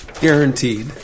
guaranteed